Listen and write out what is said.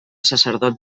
sacerdots